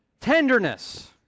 Tenderness